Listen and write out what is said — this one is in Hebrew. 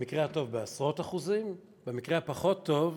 במקרה הטוב בעשרות אחוזים, במקרה הפחות טוב,